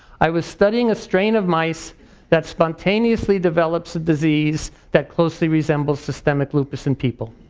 i was studying a strain of mice that spontaneously developed a disease that closely resembled systemic lupus in people.